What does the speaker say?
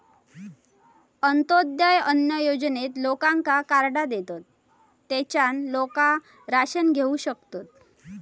अंत्योदय अन्न योजनेत लोकांका कार्डा देतत, तेच्यान लोका राशन घेऊ शकतत